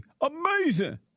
Amazing